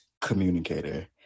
communicator